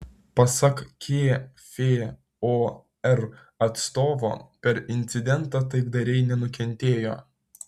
pasak kfor atstovo per incidentą taikdariai nenukentėjo